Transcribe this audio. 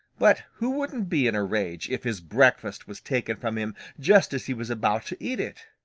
but who wouldn't be in a rage if his breakfast was taken from him just as he was about to eat it?